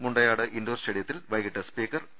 Mundayad indoor സ്റ്റേഡിയത്തിൽ വൈകിട്ട് speaker P